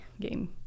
game